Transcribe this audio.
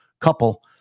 couple